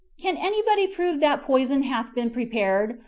can any body prove that poison hath been prepared?